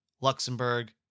Luxembourg